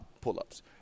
pull-ups